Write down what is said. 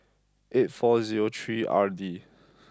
eight four zero three R D